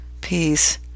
peace